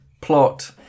plot